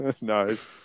nice